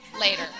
later